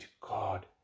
God